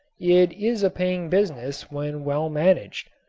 it is a paying business when well managed.